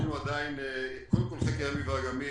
חקר ימים ואגמים